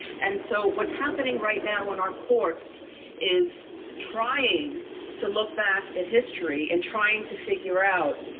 and so what's happening right now in our courts is trying to look back at history and trying to figure out,